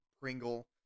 Pringle